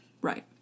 right